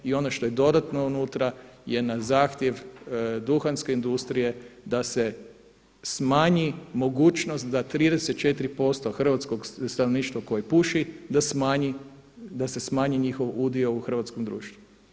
I ono što je dodatno unutra je na zahtjev duhanske industrije da se smanji mogućnost da 34% hrvatskog stanovništva koje puši da se smanji njihov udio u hrvatskom društvu.